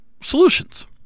solutions